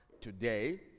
today